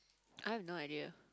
I have no idea